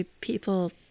people